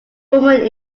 woman